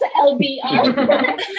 LBR